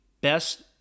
best